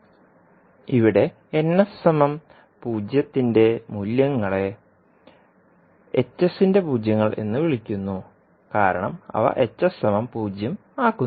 • ഇവിടെ 0യുടെ മൂല്യങ്ങളെ ന്റെ പൂജ്യങ്ങൾ എന്ന് വിളിക്കുന്നു കാരണം അവ ആക്കുന്നു